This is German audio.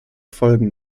folgen